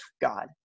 God